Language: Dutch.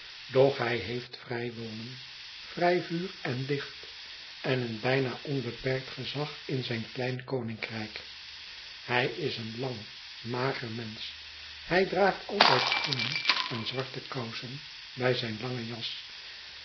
doch hij heeft vrij wonen vrij vuur en licht en een bijna onbeperkt gezag in zijn klein koninkrijk hij is een lang mager mensch hij draagt altijd schoenen en zwarte kousen bij zijn langen jas